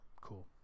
cool